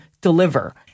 deliver